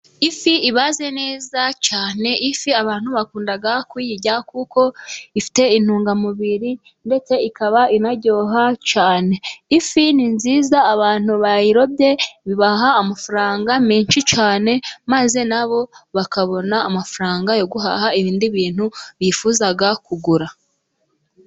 Ifi ibaze neza cyane .Ifi abantu bakunda kuyirya kuko ifite intungamubiri ndetse ikaba inaryoha cyane. Ifi ni nziza ,abantu bayirobye ibaha amafaranga menshi cyane, maze na bo bakabona amafaranga yo guhaha ibindi bintu bifuza kugura.